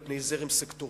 על פני זרם סקטוריאלי.